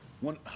One